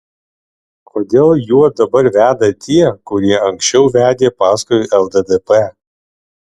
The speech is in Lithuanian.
kodėl juo dabar veda tie kurie anksčiau vedė paskui lddp